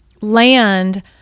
land